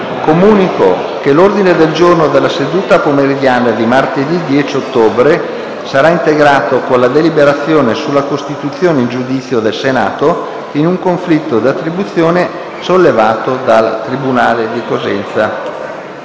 Comunico che l'ordine del giorno della seduta pomeridiana di martedì 10 ottobre sarà integrato con la deliberazione sulla costituzione in giudizio del Senato in un conflitto di attribuzione sollevato dal tribunale di Cosenza.